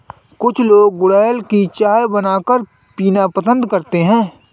कुछ लोग गुलहड़ की चाय बनाकर पीना पसंद करते है